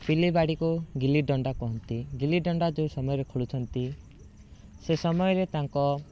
ପିଲି ବାଡ଼ିକୁ ଗିଲି ଦଣ୍ଡା କୁହନ୍ତି ଗିଲି ଦଣ୍ଡା ଯେଉଁ ସମୟରେ ଖେଳୁଛନ୍ତି ସେ ସମୟରେ ତାଙ୍କ